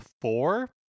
Four